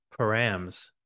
params